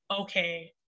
okay